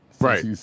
Right